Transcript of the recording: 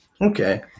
Okay